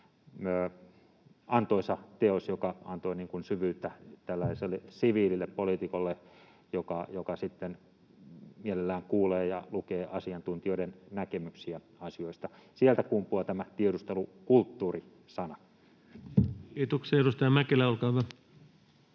antoisa teos, joka antoi syvyyttä tällaiselle siviilille, poliitikolle, joka sitten mielellään kuulee ja lukee asiantuntijoiden näkemyksiä asioista. Sieltä kumpuaa tämä ”tiedustelukulttuuri”‑sana. [Kimmo Kiljunen: Kiitos